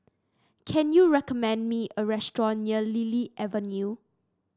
can you recommend me a restaurant near Lily Avenue